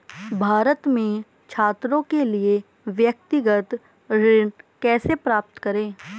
भारत में छात्रों के लिए व्यक्तिगत ऋण कैसे प्राप्त करें?